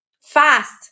fast